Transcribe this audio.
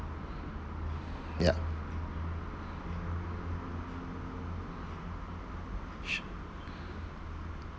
yup